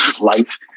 life